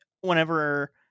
whenever